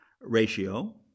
ratio